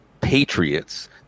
Patriots